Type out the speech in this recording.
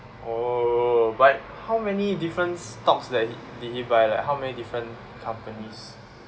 oh but how many different stocks that did he buy like how many different companies